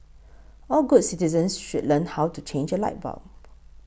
all good citizens should learn how to change a light bulb